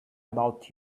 about